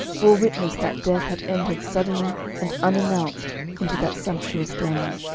bore witness that death had entered suddenly and unannounced into that sumptuous dwelling.